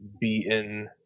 beaten